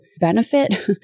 benefit